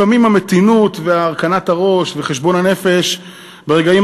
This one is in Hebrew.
לפעמים המתינות והרכנת הראש וחשבון הנפש ברגעים